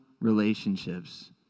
relationships